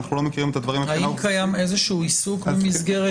אנחנו לא מכירים --- האם קיים איזה עיסוק במסגרת